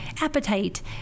appetite